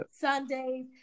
Sundays